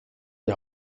die